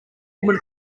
woman